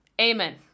Amen